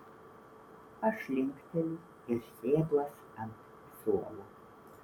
aš linkteliu ir sėduos ant suolo